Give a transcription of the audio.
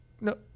No